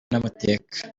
n’amateka